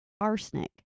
arsenic